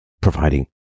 providing